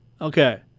Okay